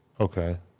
Okay